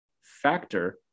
Factor